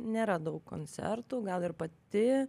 nėra daug koncertų gal ir pati